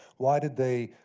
why did they,